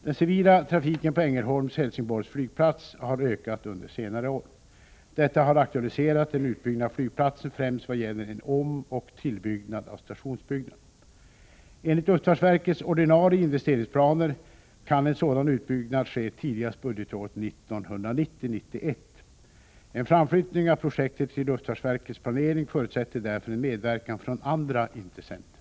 Den civila trafiken på Ängelholms 91. En tidigareläggning av projektet i luftfartsverkets planering förutsätter därför en medverkan från andra intressenter.